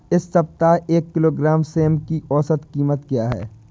इस सप्ताह एक किलोग्राम सेम की औसत कीमत क्या है?